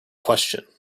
question